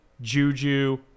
Juju